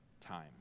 time